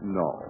no